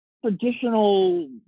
traditional